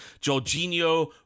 jorginho